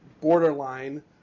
borderline